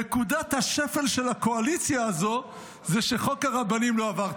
נקודת השפל של הקואליציה הזו זה שחוק הרבנים לא עבר.